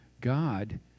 God